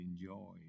enjoy